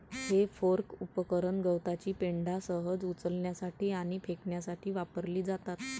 हे फोर्क उपकरण गवताची पेंढा सहज उचलण्यासाठी आणि फेकण्यासाठी वापरली जातात